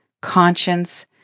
conscience